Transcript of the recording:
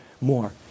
more